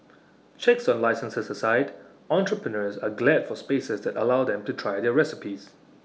checks on licences aside entrepreneurs are glad for spaces that allow them to try their recipes